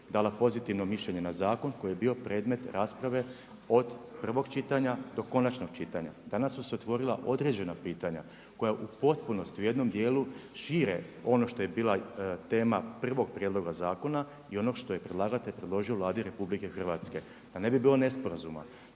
dala pozitivno mišljenje na zakon koji je bio predmet rasprave od prvog čitanja do konačnog čitanja. Danas su se otvorila određena pitanja koja u potpunosti u jednom dijelu šire ono što je bila tema prvog prijedloga zakona i on što je predlagatelj predložio vladi RH. Da ne bi bilo nesporazuma.